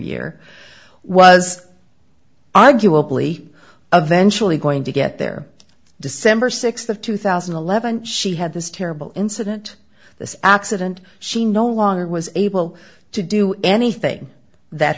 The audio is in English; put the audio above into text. year was arguably eventual going to get there december sixth of two thousand and eleven she had this terrible incident this accident she no longer was able to do anything that